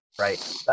right